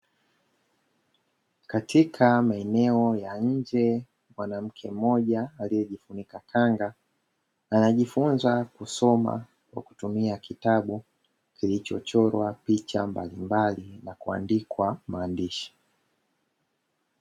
Katika maeneo ya nje mwanamke mmoja aliyejifunika kanga anajifunza kusoma Kwa kutumia kitabu, kilichochorwa picha mbalimbali na kuandikwa maandishi.